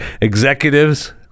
Executives